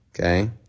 Okay